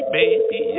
baby